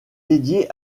dédiée